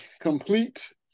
complete